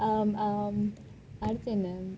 um um அடுத்து என்ன:aduthu enna